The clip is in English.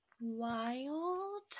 Wild